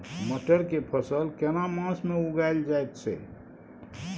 मटर के फसल केना मास में उगायल जायत छै?